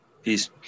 Peace